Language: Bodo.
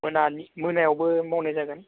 मोनानि मोनायावबो मावनाय जागोन